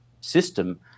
system